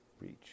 reach